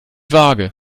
waage